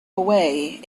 away